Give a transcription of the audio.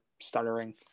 stuttering